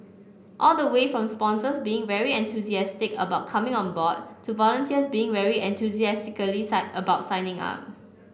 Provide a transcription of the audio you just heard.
all the way from sponsors being very enthusiastic about coming on board to volunteers being very enthusiastically sign about signing up